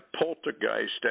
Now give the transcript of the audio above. poltergeist